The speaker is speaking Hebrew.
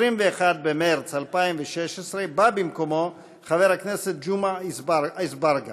21 במרס 2017, בא במקומו חבר הכנסת ג'מעה אזברגה.